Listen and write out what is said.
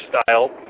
style